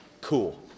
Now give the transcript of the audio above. cool